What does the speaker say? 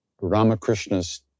Ramakrishna's